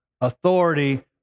authority